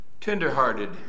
Tenderhearted